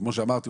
כמו שאמרתי,